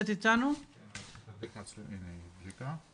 שלום ובוקר טוב.